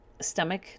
stomach